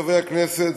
חברי הכנסת,